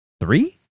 three